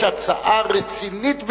הצעה רצינית ביותר,